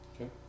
Okay